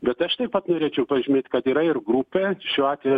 bet aš taip pat norėčiau pažymėt kad yra ir grupė šiuo atveju